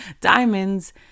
diamonds